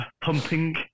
pumping